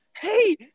Hey